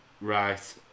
right